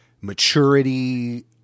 maturity